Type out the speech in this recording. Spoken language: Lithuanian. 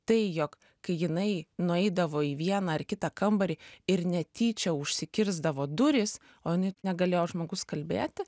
tai jog kai jinai nueidavo į vieną ar kitą kambarį ir netyčia užsikirsdavo durys o jinai negalėjo žmogus kalbėti